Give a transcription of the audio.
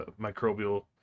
microbial